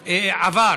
עבר.